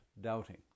doubting